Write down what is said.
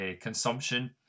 consumption